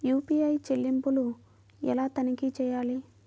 UPI చెల్లింపులు ఎలా తనిఖీ చేయాలి?